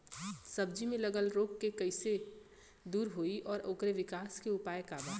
सब्जी में लगल रोग के कइसे दूर होयी और ओकरे विकास के उपाय का बा?